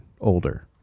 older